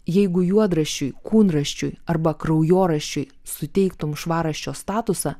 jeigu juodraščiui kūnraščiui arba kraujoraščiui suteiktum švarraščio statusą